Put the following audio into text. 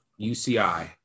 UCI